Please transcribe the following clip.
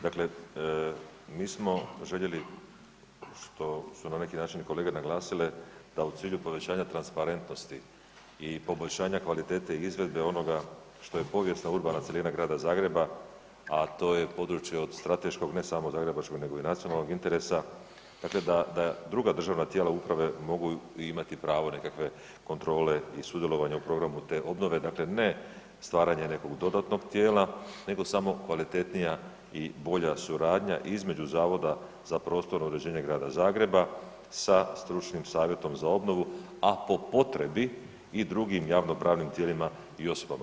Dakle, mi smo željeli, što na neki način kolege naglasile, da u cilju povećanja transparentnosti i poboljšanja kvalitete izvedbe onoga što je povijesno-urbana cjelina grada Zagreba, a to je područje od strateškog, ne samo zagrebačkog nego i nacionalnog interesa, dakle da druga državna tijela uprave mogu imati pravo nekakve kontrole i sudjelovanja u programu te obnove, dakle ne stvaranje nekog dodatnog tijela nego samo kvalitetnija i bolja suradnja između zavoda za prostorno uređenje Grada Zagreba sa Stručnim savjetom za obnovu, a po potrebi i drugim javnopravnim tijelima i osobama.